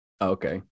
Okay